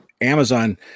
Amazon